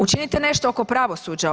Učinite nešto oko pravosuđa.